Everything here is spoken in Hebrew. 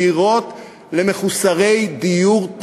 דירות למחוסרי דיור.